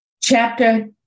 Chapter